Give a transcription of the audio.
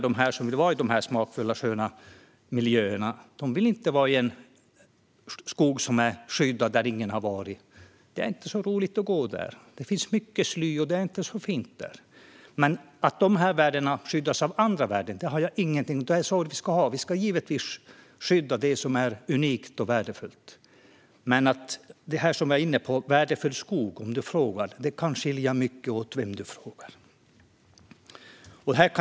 De som vill vara i de smakfulla och sköna miljöerna vill inte vara i en skog som är skyddad, där ingen har varit. Det är inte så roligt att gå där. Det finns mycket sly, och det är inte så fint där. Dessa områden skyddas för att det finns andra värden. Det är så vi ska ha det. Vi ska givetvis skydda det som är unikt och värdefullt. Men, som jag var inne på, vad som är värdefull skog beror på vem du frågar. Det kan skilja mycket mellan olika personer.